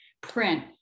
print